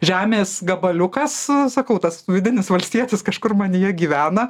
žemės gabaliukas sakau tas vidinis valstietis kažkur manyje gyvena